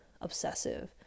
obsessive